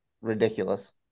ridiculous